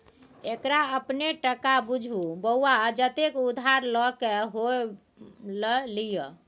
एकरा अपने टका बुझु बौआ जतेक उधार लए क होए ल लिअ